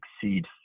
succeed